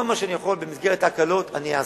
כל מה שאני יכול במסגרת ההקלות אני אעשה.